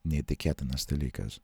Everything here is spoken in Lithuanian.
neįtikėtinas dalykas